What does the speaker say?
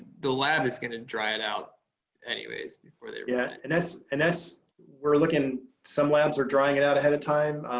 the lab is gonna dry it out anyways before they run it. yeah and that's and that's, we're looking some labs are drying it out ahead of time.